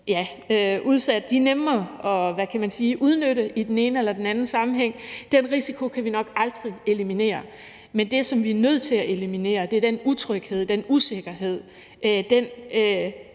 udsatte er nemme at udnytte i den ene eller den anden sammenhæng, og den risiko kan vi nok aldrig eliminere, men det, som vi er nødt til at eliminere, er den utryghed, den usikkerhed, den